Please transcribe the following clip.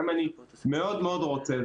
גם אם אני מאוד מאוד רוצה,